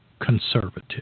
conservative